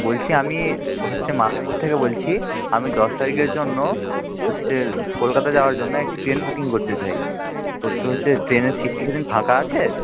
বলছি আমি হচ্ছে মায়াপুর থেকে বলছি আমি দশ তারিখের জন্য হচ্ছে কলকাতা যাওয়ার জন্য একটি ট্রেন বুকিং করতে চাই তো হচ্ছে ট্রেনের সিট কি সেদিন ফাঁকা আছে